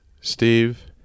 Steve